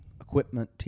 equipment